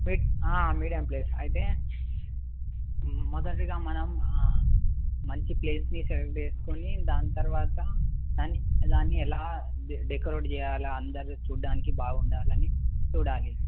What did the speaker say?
మిక్ medium place అయితే మొదటిగా మనం మంచి ప్లేస్ని సెలెక్ట్ చేసుకుని దాని తర్వాత దాన్ని దాన్ని ఎలా డెకరేట్ చేయాల అందరూ చూడడానికి బాగుండాలని చూడాలి